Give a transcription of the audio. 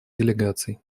делегаций